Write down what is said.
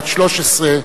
בת 13,